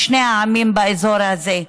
לשני העמים באזור הזה.